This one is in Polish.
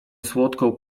słodką